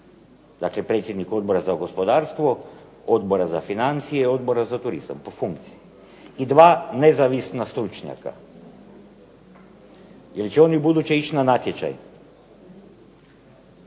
Dakle, predsjednik Odbora za gospodarstvo, Odbora za financije, Odbora za turizam po funkciji i dva nezavisna stručnjaka. Je li će oni u buduće ići na natječaj?